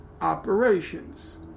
operations